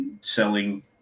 selling